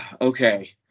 okay